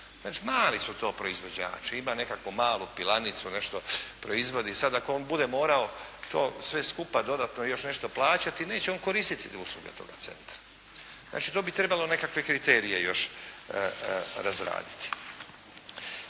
znači mali su to proizvođači. Ima nekakvu malu pilanicu, nešto proizvodi. Sad ako on bude morao to sve skupa dodatno još nešto plaćati, neće on koristiti usluge toga centra. Znači tu bi trebalo nekakve kriterije još razraditi.